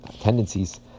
tendencies